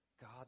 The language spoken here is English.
God